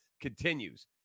continues